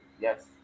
yes